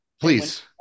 Please